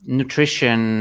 nutrition